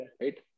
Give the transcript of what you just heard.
Right